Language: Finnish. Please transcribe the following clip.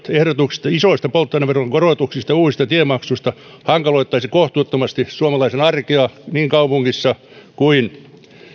ehdotuksista isoista polttoaineverojen korotuksista ja uusista tiemaksuista jotka hankaloittaisivat kohtuuttomasti suomalaisen arkea niin kaupungissa kuin